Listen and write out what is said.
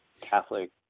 Catholic